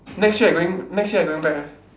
next year you going next year going back where